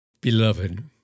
Beloved